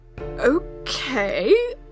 Okay